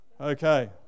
Okay